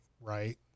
Right